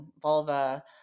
vulva